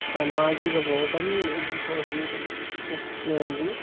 समाजिकबोधं उद्बोधं शक्नुवन्ति